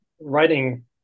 writing